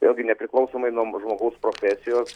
vėlgi nepriklausomai nuo žmogaus profesijos